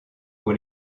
pour